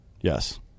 yes